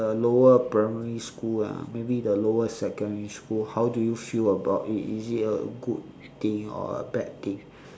the lower primary school lah maybe the lower secondary school how do you feel about it is it a good thing or bad thing